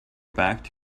back